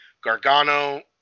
Gargano